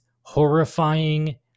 horrifying